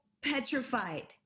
petrified